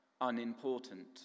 unimportant